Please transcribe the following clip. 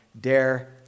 dare